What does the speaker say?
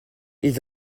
ils